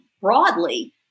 broadly